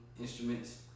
instruments